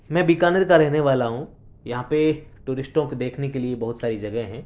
میں بیکانیر کا رہنے والا ہوں یہاں پہ ٹورسٹوں کے دیکھنے کے لیے بہت ساری جگہ ہیں